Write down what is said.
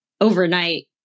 overnight